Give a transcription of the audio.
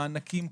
מענקים,